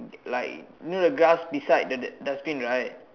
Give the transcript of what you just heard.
like you know the grass beside the the dustbin right